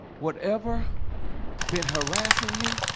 whatever been harassing you